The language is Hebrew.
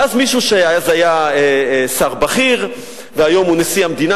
ואז מישהו שאז היה שר בכיר והיום הוא נשיא המדינה,